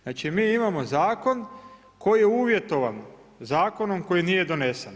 Znači mi imamo zakon koji je uvjetovan zakonom koji nije donesen.